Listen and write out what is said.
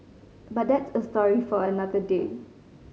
but that's a story for another day